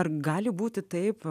ar gali būti taip